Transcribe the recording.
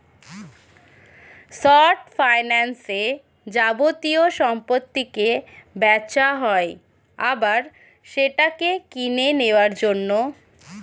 short ফাইন্যান্সে যাবতীয় সম্পত্তিকে বেচা হয় আবার সেটাকে কিনে নেওয়ার জন্য